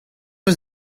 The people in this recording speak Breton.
eus